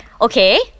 Okay